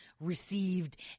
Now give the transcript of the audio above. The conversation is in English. received